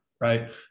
right